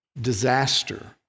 disaster